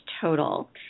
total